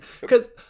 because-